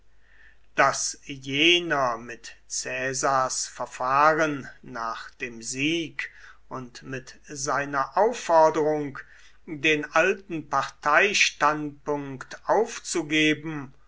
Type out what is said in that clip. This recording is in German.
daß jener mit caesars verfahren nach dem sieg und mit seiner aufforderung den alten parteistandpunkt aufzugeben